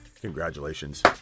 Congratulations